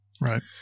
right